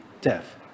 death